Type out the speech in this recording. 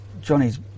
Johnny's